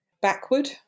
backward